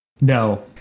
No